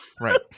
right